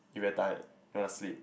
you very tired you wanna sleep